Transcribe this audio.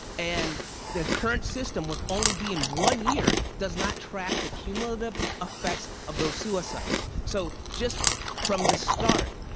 and the current system with only being one year does not track the cumulative effects of those suicides. so just from the start,